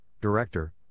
Director